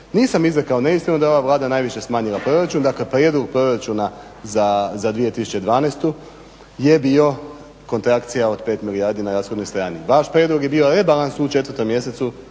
Nisam izrekao neistinu da je ova Vlada najviše smanjila proračun, dakle prijedlog proračuna za 2012.je bio kontrakcija od 5 milijardi na rashodnoj strani. Vaš prijedlog je bio rebalans u 4.mjesecu